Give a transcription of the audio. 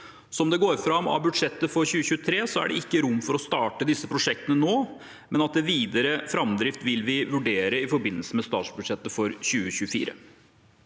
Som det går fram av budsjettet for 2023, er det ikke rom for å starte disse prosjektene nå, men vi vil vurdere videre framdrift i forbindelse med statsbudsjettet for 2024.